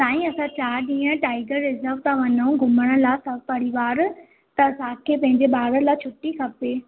साईं असां चारि ॾींहं टाइगर रिसॉट था वञू घुमण लाइ सपरिवार त असांखे पंहिंजे ॿार लाइ छुटी खपे